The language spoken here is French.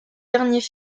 derniers